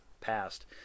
past